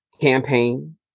campaign